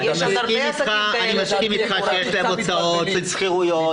--- אני מסכים אתך שיש הוצאות ושכירויות-